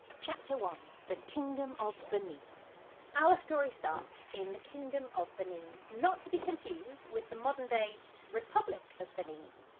chapter one the kingdom of benin our story starts in the kingdom of benin, not to be confused with the modern-day republic of benin.